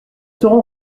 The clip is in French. seront